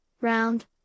round